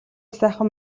сайн